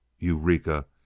eureka!